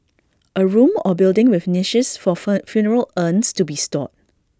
A room or building with niches for fur funeral urns to be stored